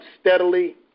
steadily